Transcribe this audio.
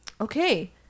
Okay